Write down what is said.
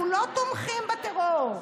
אנחנו לא תומכים בטרור.